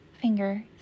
finger